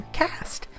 cast